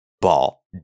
ball